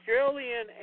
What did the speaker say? Australian